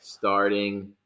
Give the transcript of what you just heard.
Starting